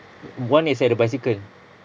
one is at the bicycle